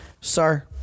Sir